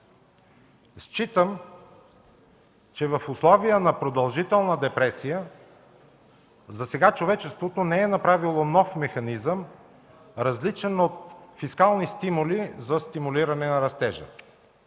Считам, че в условията на продължителна депресия засега човечеството не е направило нов механизъм, различен от фискални стимули за стимулиране на растежа.